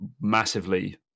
massively